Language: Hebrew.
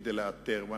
כדי לאתר מקומות,